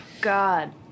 God